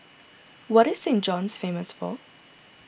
what is Saint John's famous for